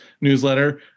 newsletter